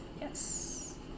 Yes